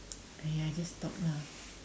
!aiya! just talk lah